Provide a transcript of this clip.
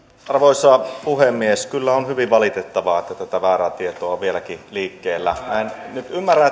arvoisa puhemies kyllä on hyvin valitettavaa että tätä väärää tietoa on vieläkin liikkeellä minä en nyt ymmärrä